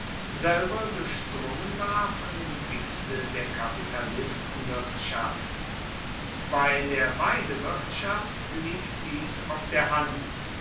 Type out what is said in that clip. selber durchdrungen war von dem gifte der kapitalistenwirtschaft bei der weidewirtschaft liegt dies auf der hand